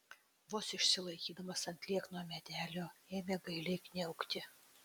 vos išsilaikydamas ant liekno medelio ėmė gailiai kniaukti